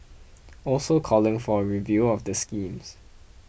also calling for a review of the schemes